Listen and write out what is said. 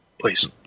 please